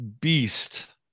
beast